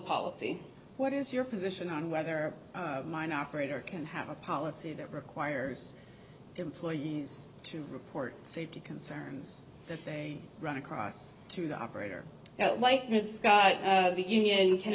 policy what is your position on whether or mine operator can have a policy that requires employees to report safety concerns that they run across to the operator like the union can